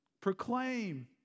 Proclaim